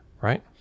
right